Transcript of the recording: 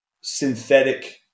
synthetic